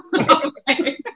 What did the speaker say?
Okay